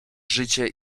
życie